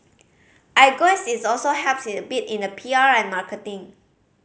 I guess is also helps a bit in the P R and marketing